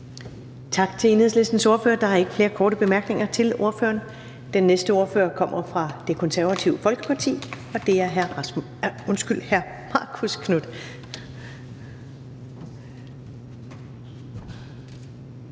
Tak til Enhedslistens ordfører. Der er ikke flere korte bemærkninger til ordføreren. Den næste ordfører kommer fra Det Konservative Folkeparti, og det er hr. Marcus Knuth.